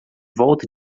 volta